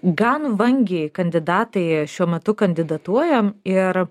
gan vangiai kandidatai šiuo metu kandidatuoja ir